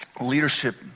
leadership